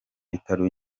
bitaro